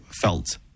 felt